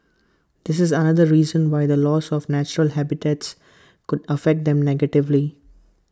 this is another reason why the loss of natural habitats could affect them negatively